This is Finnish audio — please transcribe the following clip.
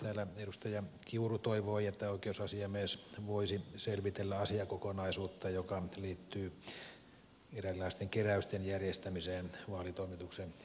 täällä edustaja kiuru toivoi että oikeusasiamies voisi selvitellä asiakokonaisuutta joka liittyy eräänlaisten keräysten järjestämiseen vaalitoimituksen yhteydessä